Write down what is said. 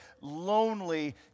lonely